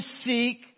seek